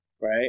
right